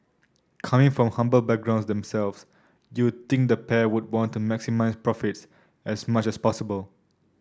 coming from humble backgrounds themselves you'd think the pair would want to maximise profits as much as possible